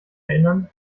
erinnern